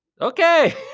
okay